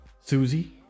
susie